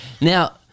Now